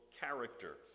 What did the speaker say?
character